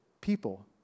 people